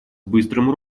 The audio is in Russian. быстрым